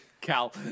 Cal